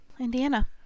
Indiana